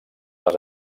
les